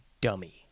dummy